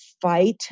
fight